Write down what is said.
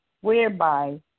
whereby